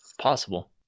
Possible